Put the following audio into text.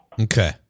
Okay